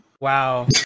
Wow